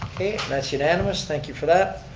and that's unanimous, thank you for that.